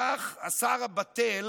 כך, שר הבט"ל